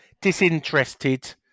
Disinterested